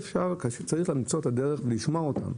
צריך למצוא את הדרך ולשמוע אותם,